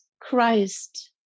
Christ